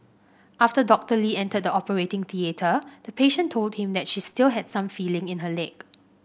after Doctor Lee entered the operating theatre the patient told him that she still had some feeling in her leg